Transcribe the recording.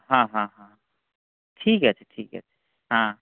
হাঁ হাঁ হাঁ ঠিক আছে ঠিক আছে হাঁ